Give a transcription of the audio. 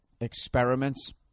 experiments